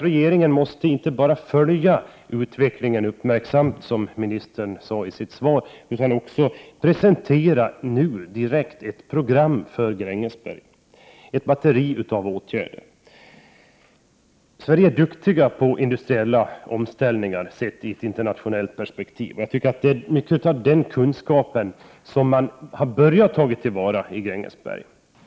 Regeringen måste inte bara följa utvecklingen uppmärksamt, som ministern sade i sitt svar, utan också nu direkt presentera ett program för Grängesberg, ett batteri av åtgärder. Vii Sverige är duktiga på industriella omställningar sett i ett internationellt perspektiv. Jag tycker att mycket av den kunskapen har nu börjat tas till vara i Grängesberg.